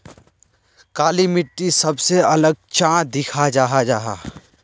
काली मिट्टी सबसे अलग चाँ दिखा जाहा जाहा?